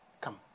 Come